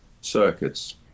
circuits